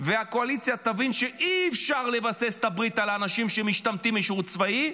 והקואליציה תבין שאי-אפשר לבסס את הברית על אנשים שמשתמטים משירות צבאי,